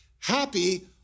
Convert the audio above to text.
Happy